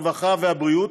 הרווחה והבריאות,